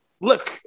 look